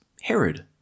Herod